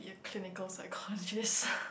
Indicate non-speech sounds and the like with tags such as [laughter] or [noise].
yea clinical psychologist [breath]